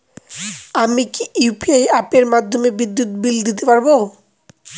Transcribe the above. আমি কি ইউ.পি.আই অ্যাপের মাধ্যমে বিদ্যুৎ বিল দিতে পারবো কি?